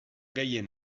gehien